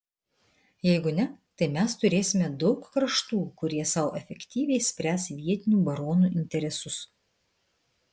jeigu ne tai mes turėsime daug kraštų kurie sau efektyviai spręs vietinių baronų interesus